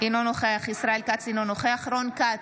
אינו נוכח ישראל כץ, אינו נוכח רון כץ,